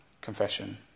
confession